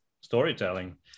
storytelling